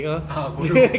ah bodoh